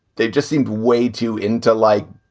they've just seemed way too into, like,